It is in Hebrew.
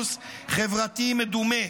קונסנזוס חברתי מדומה.